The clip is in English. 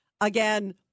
again